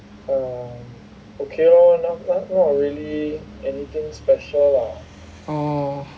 orh